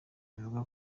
ivuga